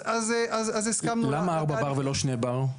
אז הסכמנו --- למה 4 בר ולא 2 בר?